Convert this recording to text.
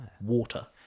water